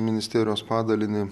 ministerijos padalinį